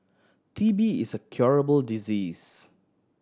T B is a curable disease